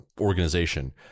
organization